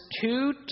two